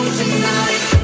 tonight